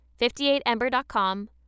58Ember.com